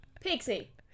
Pixie